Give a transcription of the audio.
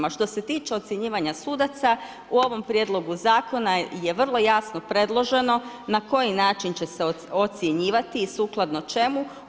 A što se tiče ocjenjivanja sudaca u ovom prijedlogu zakona je vrlo jasno predloženo na koji način će se ocjenjivati i sukladno čemu.